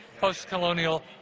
post-colonial